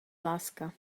láska